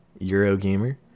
Eurogamer